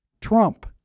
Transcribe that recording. Trump